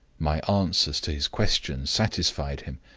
my answers to his questions satisfied him,